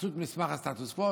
עשו את מסמך הסטטוס קוו,